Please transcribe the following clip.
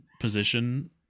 position